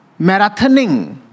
marathoning